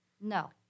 No